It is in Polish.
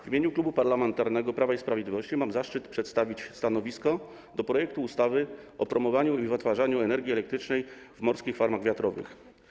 W imieniu Klubu Parlamentarnego Prawo i Sprawiedliwość mam zaszczyt przedstawić stanowisko wobec projektu ustawy o promowaniu wytwarzania energii elektrycznej w morskich farmach wiatrowych.